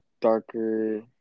darker